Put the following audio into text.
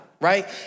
Right